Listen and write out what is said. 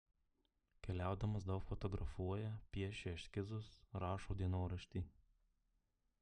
keliaudamas daug fotografuoja piešia eskizus rašo dienoraštį